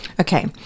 Okay